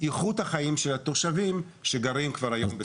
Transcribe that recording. באיכות החיים של התושבים שגרים כבר היום במקום.